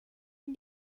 run